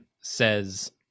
says